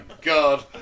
god